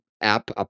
app